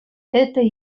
это